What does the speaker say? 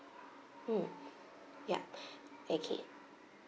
mm yup okay